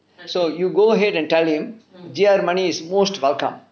so you go ahead and tell him G_R money is most welcome